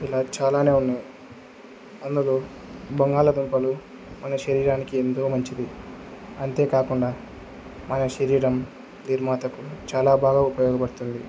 ఇలా చాలానే ఉన్నాయి అందులో బంగాళదుంపలు మన శరీరానికి ఎంతో మంచిది అంతేకాకుండా మన శరీరం నిర్మాతకు చాలా బాగా ఉపయోగపడుతుంది